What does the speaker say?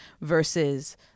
versus